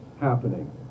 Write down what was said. happening